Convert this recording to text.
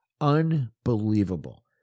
Unbelievable